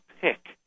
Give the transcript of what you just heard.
pick